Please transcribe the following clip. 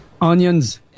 Onions